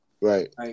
Right